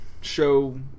show